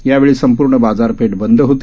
यावेळीसंपूर्णबाजारपेठबंदहोती